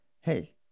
hey